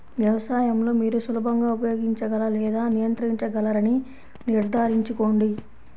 వ్యవసాయం లో మీరు సులభంగా ఉపయోగించగల లేదా నియంత్రించగలరని నిర్ధారించుకోండి